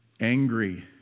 angry